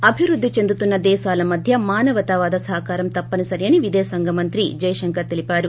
అభివృద్ధి చెందుతున్న దేశాల మధ్య మానవతావాద సహకారం తప్పనిసరి అని విదేశాంగ మంత్రి ేఎస్ జైశంకర్ చెప్పారు